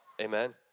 Amen